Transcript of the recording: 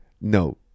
No